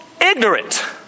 ignorant